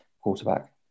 quarterback